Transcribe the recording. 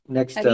Next